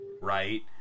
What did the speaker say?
right